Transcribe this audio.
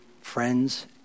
friends